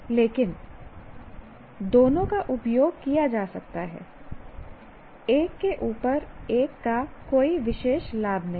लेकिन दोनों का उपयोग किया जा सकता है एक के ऊपर एक का कोई विशेष लाभ नहीं है